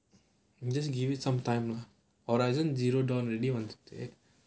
just give it some time lah horizon zero dawn வந்துட்டு:vanthuttu